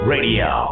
Radio